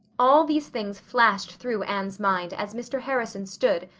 all these things flashed through anne's mind as mr. harrison stood,